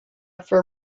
for